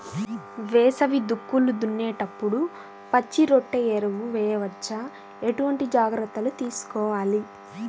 వేసవి దుక్కులు దున్నేప్పుడు పచ్చిరొట్ట ఎరువు వేయవచ్చా? ఎటువంటి జాగ్రత్తలు తీసుకోవాలి?